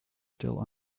still